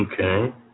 Okay